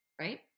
right